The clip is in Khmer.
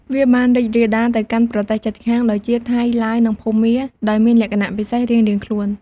វាបានរីករាលដាលទៅកាន់ប្រទេសជិតខាងដូចជា ថៃ ឡាវ និងភូមា ដោយមានលក្ខណៈពិសេសរៀងៗខ្លួន។